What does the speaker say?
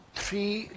three